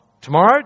tomorrow